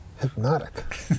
Hypnotic